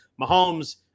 Mahomes